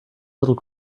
little